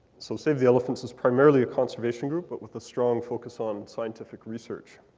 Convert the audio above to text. so save the elephants is primarily a conservation group but with a strong focus on scientific research.